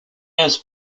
has